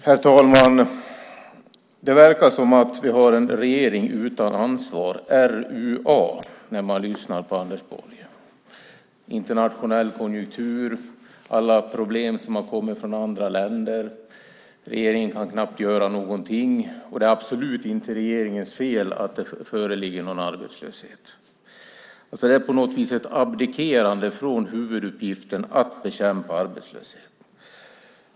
Herr talman! Det verkar som att vi har en regering utan ansvar - RUA - när man lyssnar på Anders Borg. Det är en internationell konjunktur, alla problem har kommit från andra länder, regeringen kan knappt göra någonting. Det är absolut inte regeringens fel att det föreligger någon arbetslöshet. Detta är på något vis ett abdikerande från huvuduppgiften: att bekämpa arbetslösheten.